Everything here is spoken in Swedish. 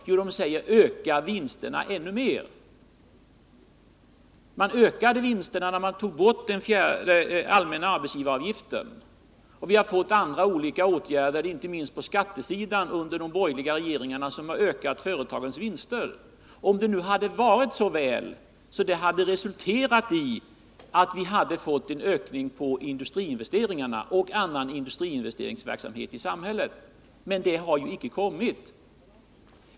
Jo, de säger: Öka vinsterna ännu mer! Man ökade vinsterna när man tog bort den allmänna arbetsgivaravgiften och de borgerliga regeringarna har vidtagit andra åtgärder, inte minst på skattesidan, som har ökat företagens vinster. Om det hade varit så väl att detta hade resulterat i en ökning av industriinvesteringarna och av annan investeringsverksamhet i samhället! Men det har inte blivit någon ökning.